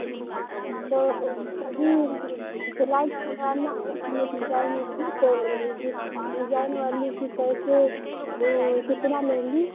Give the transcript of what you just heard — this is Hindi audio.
तो तभी दलाई सिलवाना है इसमें डिजाइन वाली तो डिन डिजाइन वाली की कैसे वो कितना लेंगी